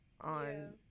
on